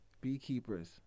beekeepers